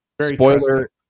spoiler